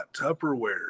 Tupperware